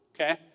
okay